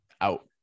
out